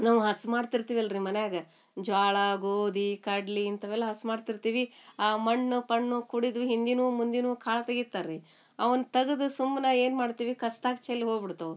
ನಾವು ಹಸ್ಮಾಡ್ತಿರ್ತಿವಲ್ರಿ ಮನ್ಯಾಗ ಜ್ವಾಳ ಗೋದಿ ಕಡ್ಲಿ ಇಂಥವೆಲ್ಲ ಹಸ್ಮಾಡ್ತಿರ್ತಿವಿ ಆ ಮಣ್ಣು ಪಣ್ಣು ಕುಡಿದು ಹಿಂದಿನು ಮುಂದಿನು ಕಾಳು ತೆಗಿತಾರ್ರಿ ಅವನ ತಗ್ದು ಸುಮ್ನಾ ಏನ್ಮಾಡ್ತೀವಿ ಕಸ್ದಾಗ ಚೆಲ್ಲಿ ಹೋಗಿ ಬಿಡ್ತವೆ